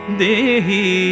dehi